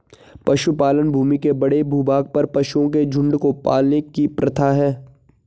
पशुपालन भूमि के बड़े भूभाग पर पशुओं के झुंड को पालने की प्रथा है